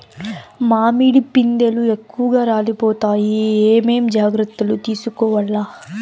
మామిడి పిందెలు ఎక్కువగా రాలిపోతాయి ఏమేం జాగ్రత్తలు తీసుకోవల్ల?